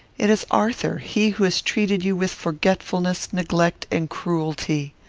it is arthur he who has treated you with forgetfulness, neglect, and cruelty.